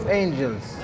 angels